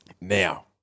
Now